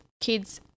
kid's